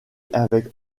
avec